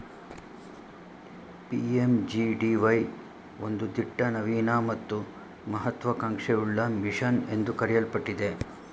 PMJDY ಒಂದು ದಿಟ್ಟ ನವೀನ ಮತ್ತು ಮಹತ್ವ ಕಾಂಕ್ಷೆಯುಳ್ಳ ಮಿಷನ್ ಎಂದು ಕರೆಯಲ್ಪಟ್ಟಿದೆ